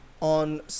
on